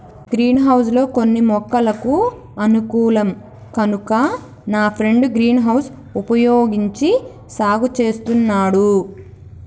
green house లో కొన్ని మొక్కలకు అనుకూలం కనుక నా ఫ్రెండు గ్రీన్ హౌస్ వుపయోగించి సాగు చేస్తున్నాడు